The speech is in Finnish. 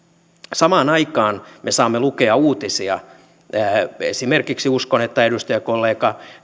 samaan aikaan me saamme lukea uutisia uskon että esimerkiksi edustajakollega